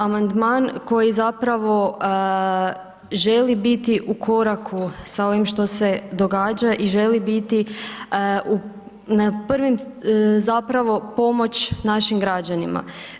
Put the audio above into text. Amandman koji zapravo želi biti u koraku sa ovim što se događa i želi biti na prvim zapravo pomoć našim građanima.